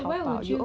then